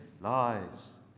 lies